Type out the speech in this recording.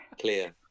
Clear